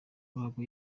ruhago